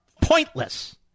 Pointless